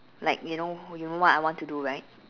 like you know you know what I want to do right